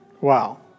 Wow